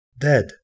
dead